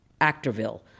Acterville